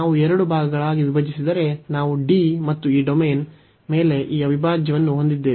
ನಾವು ಎರಡು ಭಾಗಗಳಾಗಿ ವಿಭಜಿಸಿದರೆ ನಾವು D ಮತ್ತು ಈ ಡೊಮೇನ್ ಮೇಲೆ ಈ ಅವಿಭಾಜ್ಯವನ್ನು ಹೊಂದಿದ್ದೇವೆ